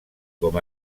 com